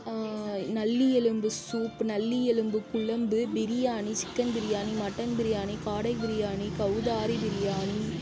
நல்லி எலும்பு சூப் நல்லி எலும்பு குழம்பு பிரியாணி சிக்கன் பிரியாணி மட்டன் பிரியாணி காடை பிரியாணி கௌதாரி பிரியாணி